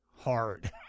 Hard